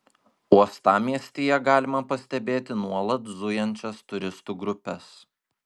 uostamiestyje galima pastebėti nuolat zujančias turistų grupes